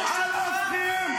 צא החוצה.